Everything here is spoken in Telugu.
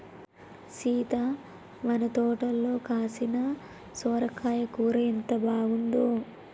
సీత మన తోటలో కాసిన సొరకాయ కూర ఎంత బాగుందో